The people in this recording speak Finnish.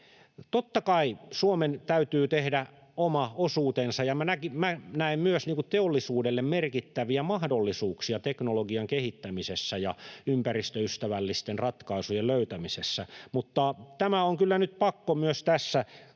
Totta kai Suomen täytyy tehdä oma osuutensa, ja näen myös teollisuudelle merkittäviä mahdollisuuksia teknologian kehittämisessä ja ympäristöystävällisten ratkaisujen löytämisessä, mutta tämä on kyllä nyt pakko myös tässä kohdassa